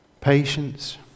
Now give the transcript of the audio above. Patience